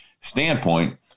standpoint